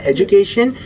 Education